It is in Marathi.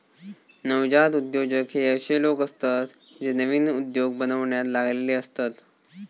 नवजात उद्योजक हे अशे लोक असतत जे नवीन उद्योग बनवण्यात लागलेले असतत